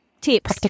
tips